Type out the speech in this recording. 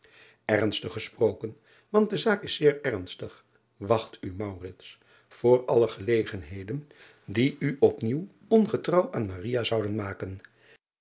rnstig gesproken want de zaak is zeer ernstig wacht u voor alle gelegenheden die u op nieuw ongetrouw aan zouden maken